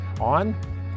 on